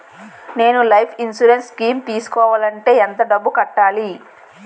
నేను life insurance scheme తీసుకోవాలంటే ఎంత డబ్బు కట్టాలి?